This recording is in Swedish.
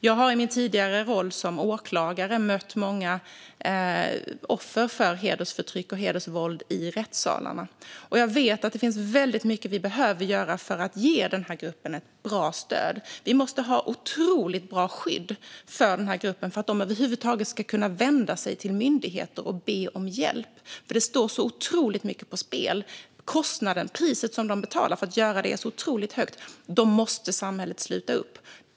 Jag har i min tidigare roll som åklagare mött många offer för hedersförtryck och hedersvåld i rättssalar, och jag vet att mycket behöver göras för att ge denna grupp ett bra stöd. Vi måste ha ett otroligt bra skydd för denna grupp för att de över huvud taget ska kunna vända sig till myndigheter och be om hjälp, för det står så mycket på spel. Priset de betalar för att göra detta är otroligt högt, och då måste samhället sluta upp.